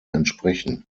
entsprechen